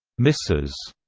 mrs.